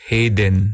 Hayden